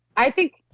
i think,